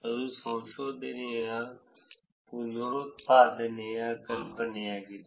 ಅದು ಸಂಶೋಧನೆಯ ಪುನರುತ್ಪಾದನೆಯ ಕಲ್ಪನೆಯಾಗಿದೆ